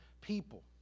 people